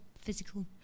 physical